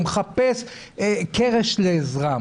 הוא מחפש קרש לעזרה,